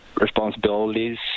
responsibilities